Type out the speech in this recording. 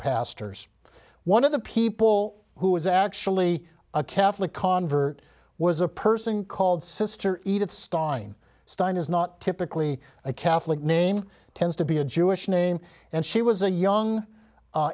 pastors one of the people who is actually a catholic convert was a person called sister edith stein stein is not typically a catholic name tends to be a jewish name and she was a young